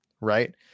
right